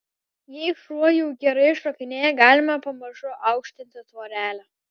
jei šuo jau gerai šokinėja galima pamažu aukštinti tvorelę